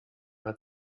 hat